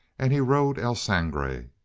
and he rode el sangre,